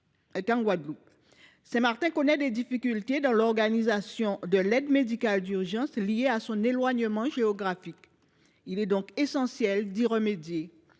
Saint Martin connaît des difficultés dans l’organisation de l’aide médicale d’urgence liées à son éloignement géographique. Il est donc essentiel d’y remédier.